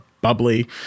bubbly